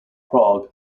prague